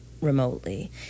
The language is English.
remotely